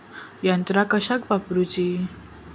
यंत्रा कशाक वापुरूची?